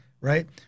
Right